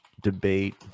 debate